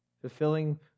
fulfilling